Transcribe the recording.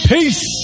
Peace